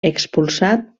expulsat